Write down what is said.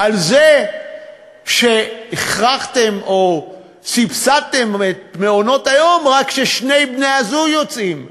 זה שהכרחתם או סבסדתם את מעונות-היום רק כששני בני-הזוג יוצאים לעבוד.